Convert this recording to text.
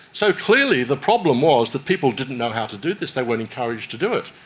so clearly the problem was that people didn't know how to do this, they weren't encouraged to do it,